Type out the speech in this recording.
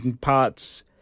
parts